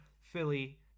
Philly